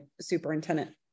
superintendent